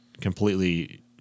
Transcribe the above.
completely